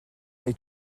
est